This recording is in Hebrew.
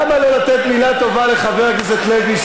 למה לא לתת מילה טובה לחבר הכנסת לוי,